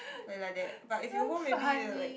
like like that but if you hold maybe er like